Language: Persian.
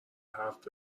حرف